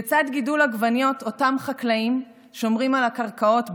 לצד גידול עגבניות אותם חקלאים שומרים על הקרקעות בנגב,